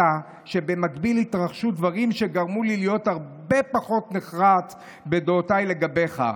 אלא שבמקביל התרחשו דברים שגרמו לי להיות הרבה פחות נחרץ בדעותיי לגביך.